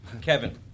Kevin